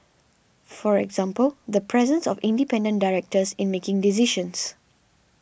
for example the presence of independent directors in making decisions